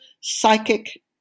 psychic